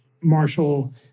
Marshall